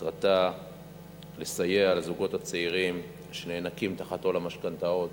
מטרתה לסייע לזוגות הצעירים שנאנקים תחת עול המשכנתאות,